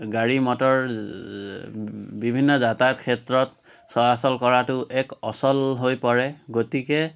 গাড়ী মটৰ বিভিন্ন যাতায়াত ক্ষেত্ৰত চলাচল কৰাতো এক অচল হৈ পৰে গতিকে